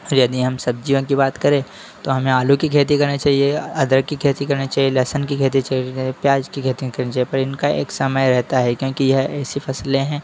और यदि हम सब्जियों की बात करें तो हमें आलू की खेती करनी चाहिए अदरक की खेती करनी चाहिए लहसन की खेती चाहिए प्याज की खेती नहीं करनी चाहिए पर इनका एक समय रहता है क्योंकि यह ऐसी फसलें हैं